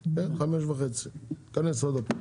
ב-17:30 נתכנס עוד פעם.